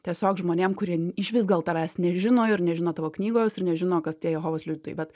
tiesiog žmonėm kurie išvis gal tavęs nežino ir nežino tavo knygos ir nežino kas tie jehovos liudytojai bet